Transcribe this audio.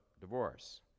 divorce